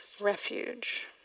refuge